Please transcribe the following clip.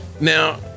Now